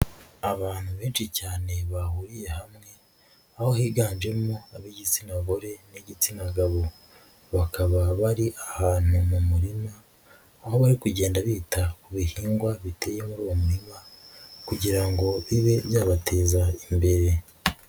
Abantu benshi cyane bahuriye hamwe, aho higanjemo ab'igitsina gore n'igitsina gabo, bakaba bari ahantu mu murima, aho bari kugenda bita ku bihingwa biteye muri uwo murima kugira ngo bibe byabateza imbere.